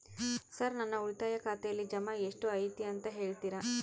Sir ನನ್ನ ಉಳಿತಾಯ ಖಾತೆಯಲ್ಲಿ ಜಮಾ ಎಷ್ಟು ಐತಿ ಅಂತ ಹೇಳ್ತೇರಾ?